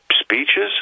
speeches